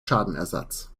schadenersatz